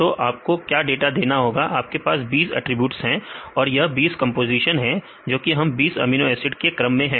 तो आपको क्या डाटा देना होगा आपके पास 20 अटरीब्यूट्स हैं या 20 कंपोजिशन जोकि 20 हम अमीनो एसिड के क्रम में है